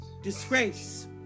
Disgrace